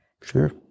Sure